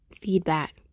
feedback